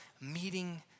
meeting